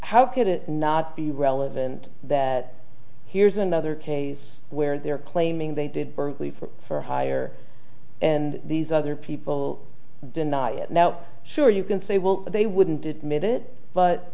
how could it not be relevant that here's another case where they're claiming they did burkley for hire and these other people deny it now sure you can say well they wouldn't admit it but